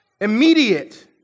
immediate